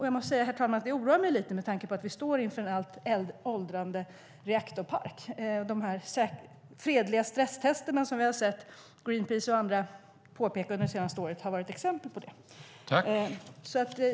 Jag måste säga, herr talman, att det oroar mig lite grann eftersom vi står med en alltmer åldrande reaktorpark. De fredliga stresstester som gjorts under det senaste året, och som Greenpeace och andra pekat på, är exempel på det.